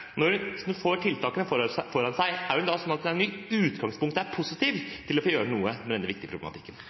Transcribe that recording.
Når hun får tiltakene foran seg, er det da sånn at hun i utgangspunktet er positiv til å gjøre noe med denne viktige problematikken?